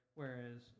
whereas